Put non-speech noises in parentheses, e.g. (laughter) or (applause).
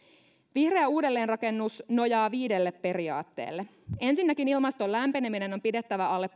vihreä uudelleenrakennus nojaa viidelle periaatteelle ensinnäkin ilmaston lämpeneminen on pidettävä alle (unintelligible)